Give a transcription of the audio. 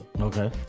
Okay